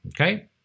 Okay